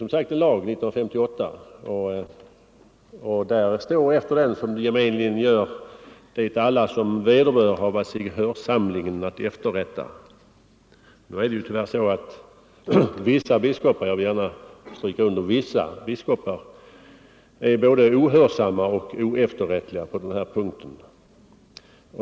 Som nämnts infördes år 1958 en lag som reglerar dessa frågor, och efter lagtexten står, som det gemenligen gör: ”Det alla som vederbör hava sig hörsamligen att efterrätta.” Nu är det tyvärr så att vissa biskopar —-jag vill understryka ordet ”vissa” — är både ohörsamma och oefterrättliga på denna punkt.